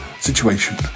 situation